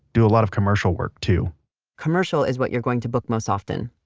do a lot of commercial work, too commercial is what you're going to book most often.